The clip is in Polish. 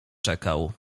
czekał